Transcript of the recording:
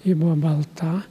ji buvo balta